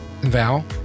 Val